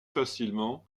facilement